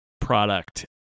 product